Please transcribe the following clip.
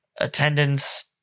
attendance